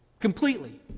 Completely